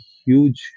huge